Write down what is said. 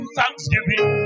Thanksgiving